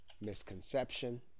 Misconception